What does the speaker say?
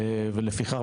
ולפי כך,